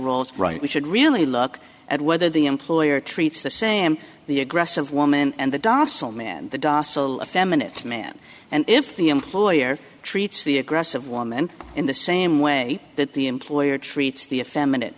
roles right we should really look at whether the employer treats the same the aggressive woman and the docile man the docile feminine man and if the employer treats the aggressive woman in the same way that the employer treats the a feminine